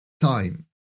time